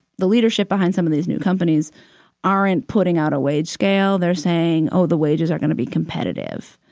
the leadership behind some of these new companies aren't putting out a wage scale. they're saying, oh, the wages are gonna be competitive.